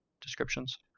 descriptions